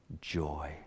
joy